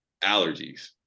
allergies